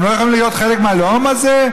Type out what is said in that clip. הם לא יכולים להיות חלק מהלאום הזה?